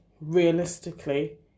realistically